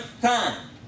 time